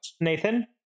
Nathan